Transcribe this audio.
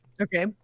Okay